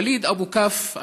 וליד אבו כף,